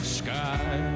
sky